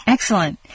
Excellent